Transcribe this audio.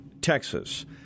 Texas